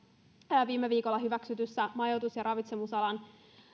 myöskin viime viikolla hyväksytyn majoitus ja ravitsemusalan